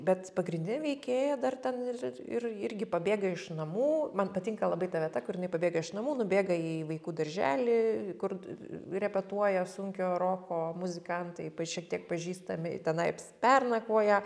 bet pagrindinė veikėja dar ten ir ir irgi pabėga iš namų man patinka labai ta vieta kuri jinai pabėga iš namų nubėga į vaikų darželį kur repetuoja sunkiojo roko muzikantai šiek tiek pažįstami tenai pernakvoja